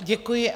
Děkuji.